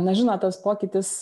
na žinot tas pokytis